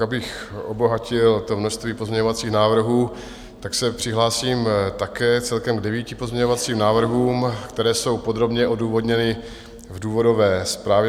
Abych obohatil to množství pozměňovacích návrhů, tak se přihlásím také celkem k devíti pozměňovacím návrhům, které jsou podrobně odůvodněny v důvodové zprávě.